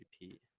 repeat